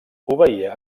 obeïa